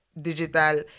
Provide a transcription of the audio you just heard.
digital